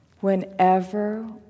whenever